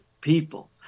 people